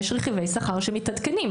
יש רכיבי שכר שמתעדכנים.